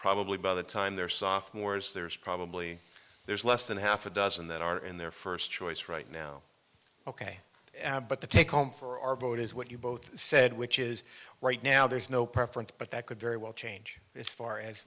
probably by the time their sophomore is there's probably there's less than half a dozen that are in their first choice right now ok but the take home for our vote is what you both said which is right now there's no preference but that could very well change this far a